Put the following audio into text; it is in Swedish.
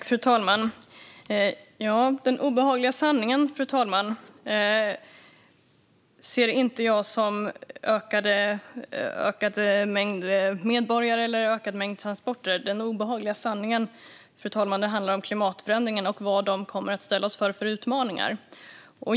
Fru talman! Den obehagliga sanningen är enligt mig inte en ökad mängd medborgare eller en ökad mängd transporter, utan den obehagliga sanningen är klimatförändringarna och vilka utmaningar de kommer att ställa oss inför.